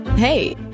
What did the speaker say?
Hey